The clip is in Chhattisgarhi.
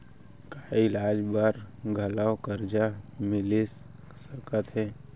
का इलाज बर घलव करजा मिलिस सकत हे?